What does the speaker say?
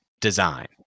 design